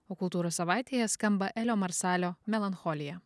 o kultūros savaitėje skamba elio marsalio melancholija